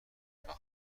سراغ